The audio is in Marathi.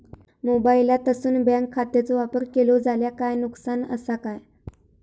मोबाईलातसून बँक खात्याचो वापर केलो जाल्या काय नुकसान असा काय?